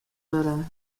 wurde